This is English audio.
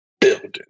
building